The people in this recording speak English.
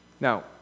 Now